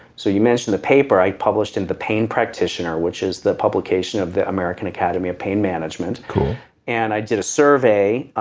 so you mentioned the paper i published in the pain practitioner which is the publication of the american academy of pain management and i did a survey.